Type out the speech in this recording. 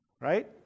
Right